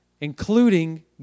including